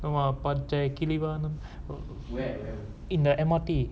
then !wah! பச்சை கிளி வானம்:pachaikilivaanam in the M_R_T